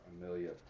Amelia